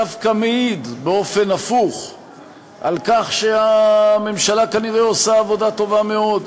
דווקא מעיד באופן הפוך על כך שהממשלה כנראה עושה עבודה טובה מאוד.